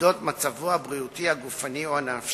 על-אודות מצבו הבריאותי הגופני או הנפשי.